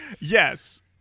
Yes